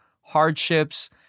hardships